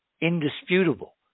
indisputable